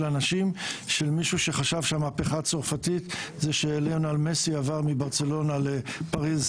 אנשים של מישהו שחשב שהמהפכה הצרפתית זה שליאונל מסי עבר מברצלונה לפריז.